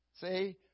See